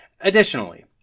Additionally